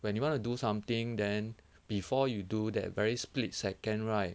when you want to do something then before you do that very split second right